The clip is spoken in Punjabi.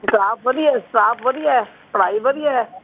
ਸਟਾਫ ਵਧੀਆ ਸਟਾਫ ਵਧੀਆ ਪੜ੍ਹਾਈ ਵਧੀਆ